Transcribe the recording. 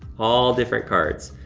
all different cards.